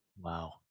Wow